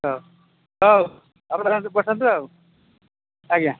ହଉ ହଉ ଆପଣ ପଠାନ୍ତୁ ଆଉ ଆଜ୍ଞା